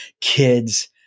Kids